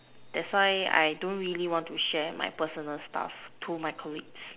that's why I don't really want to share my personal stuff to my colleagues